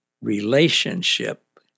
relationship